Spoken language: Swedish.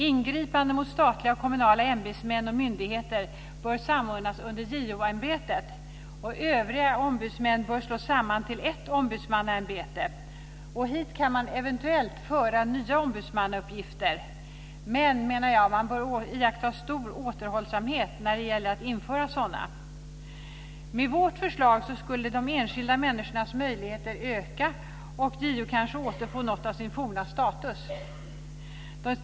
Ingripanden mot statliga och kommunala ämbetsmän och myndigheter bör samordnas under JO-ämbetet. Övriga ombudsmän bör slås samman till ett ombudsmannaämbete. Hit kan man eventuellt föra nya ombudsmannauppgifter, men man bör iaktta stor återhållsamhet med att införa sådana. Med vårt förslag skulle de enskilda människornas möjligheter öka och JO skulle kanske återfå något av sin forna status.